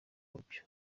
wabyo